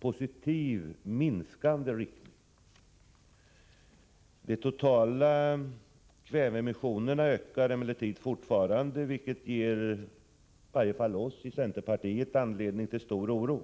positiv riktning, mot en minskning. De totala kväveemissionerna ökar emellertid fortfarande, vilket ger i varje fall oss i centerpartiet anledning till stor oro.